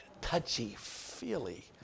touchy-feely